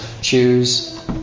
choose